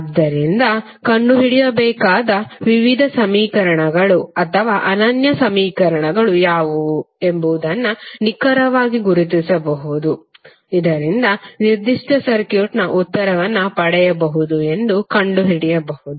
ಆದುದರಿಂದ ಕಂಡುಹಿಡಿಯಬೇಕಾದ ವಿವಿಧ ಸಮೀಕರಣಗಳು ಅಥವಾ ಅನನ್ಯ ಸಮೀಕರಣಗಳು ಯಾವುವು ಎಂಬುದನ್ನು ನಿಖರವಾಗಿ ಗುರುತಿಸಬಹುದು ಇದರಿಂದ ನಿರ್ದಿಷ್ಟ ಸರ್ಕ್ಯೂಟ್ನ ಉತ್ತರವನ್ನು ಪಡೆಯಬಹುದು ಎಂದು ಕಂಡು ಹಿಡಿಯಬಹುದು